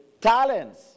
talents